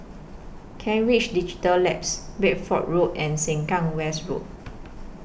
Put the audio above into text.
Kent Ridge Digital Labs Bedford Road and Sengkang West Road